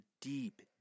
deep